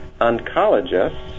oncologists